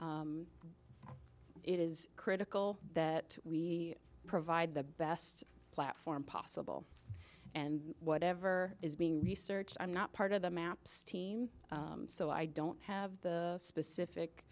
it is critical that we provide the best platform possible and whatever is being researched i'm not part of the maps team so i don't have the specific